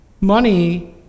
money